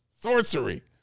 sorcery